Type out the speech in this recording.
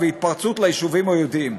"והתפרצות ליישובים היהודיים.